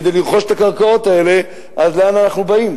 כדי לרכוש את הקרקעות האלה, אז לאן אנחנו באים?